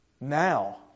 now